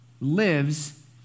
lives